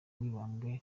mibambwe